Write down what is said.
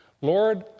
Lord